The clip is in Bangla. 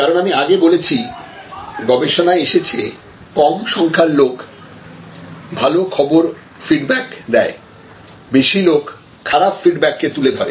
কারন আমি আগে বলেছি গবেষণায় এসেছে কম সংখ্যার লোক ভালো খবর ফিডব্যাক দেয় বেশি লোক খারাপ ফিডব্যাক কে তুলে ধরে